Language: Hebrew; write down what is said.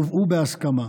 יובאו בהסכמה.